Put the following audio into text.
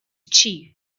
chief